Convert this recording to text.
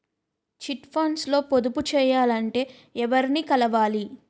Chit funds లో పొదుపు చేయాలంటే ఎవరిని కలవాలి?